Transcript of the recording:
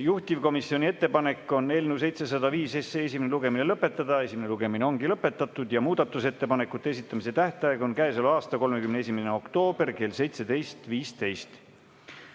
Juhtivkomisjoni ettepanek on eelnõu 705 esimene lugemine lõpetada. Esimene lugemine ongi lõpetatud ja muudatusettepanekute esitamise tähtaeg on käesoleva aasta 31. oktoober kell 17.15.